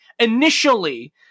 initially